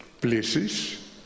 places